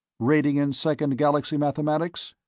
rating in second galaxy mathematics?